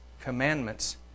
commandments